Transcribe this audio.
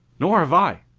nor have i!